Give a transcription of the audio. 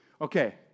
Okay